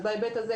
אז כן,